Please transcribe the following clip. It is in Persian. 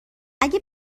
اگه